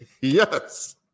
Yes